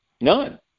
none